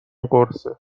قرصه